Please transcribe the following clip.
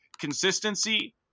Consistency